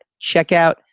checkout